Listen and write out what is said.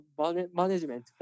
management